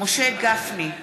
משה גפני,